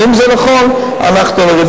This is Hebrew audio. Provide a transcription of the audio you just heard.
אם זה נכון, אנחנו נוריד.